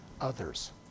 others